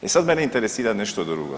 E sad mene interesira nešto drugo.